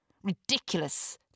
Ridiculous